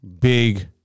big